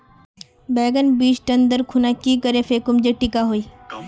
बैगन बीज टन दर खुना की करे फेकुम जे टिक हाई?